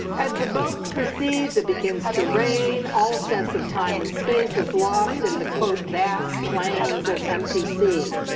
as the boat proceeds it begins to rain, all sense of time and space is lost in the quote, vast plains of empty sea.